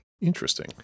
Interesting